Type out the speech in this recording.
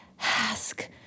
Ask